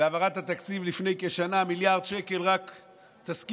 בהעברת התקציב לפני כשנה, מיליארד שקל: רק תסכימו.